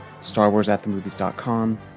StarWarsAtTheMovies.com